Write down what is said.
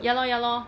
ya lor ya lor